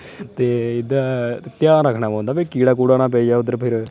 ते एह्दा ध्यान रक्खना पौंदा भाई कीड़ा कुड़ा नेईं पेई जा उद्धर फ्ही